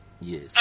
Yes